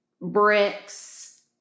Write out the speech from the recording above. Bricks